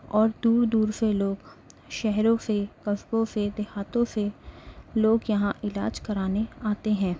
اور دور دور سے لوگ شہروں سے قصبوں سے دیہاتوں سے لوگ یہاں علاج کرانے آتے ہیں